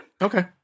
Okay